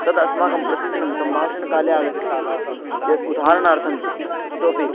तद् अस्माकं प्रतिदिनं सम्भाषणकाले आगच्छति य उदाहरणार्थम् इतोपि